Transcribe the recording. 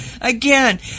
Again